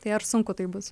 tai ar sunku tai bus